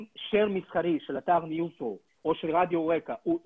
אם share מסחרי של אתר ניוזרו או של אתר רק"ע הוא X,